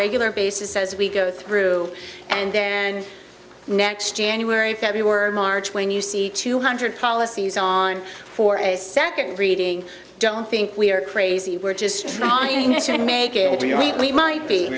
regular basis as we go through and then next january february or march when you see two hundred policies on for a second reading don't think we're crazy we're just trying to make it